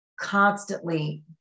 constantly